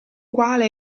quale